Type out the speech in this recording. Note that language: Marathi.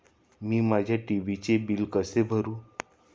मी माझ्या टी.व्ही चे बिल कसे भरू?